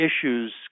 issues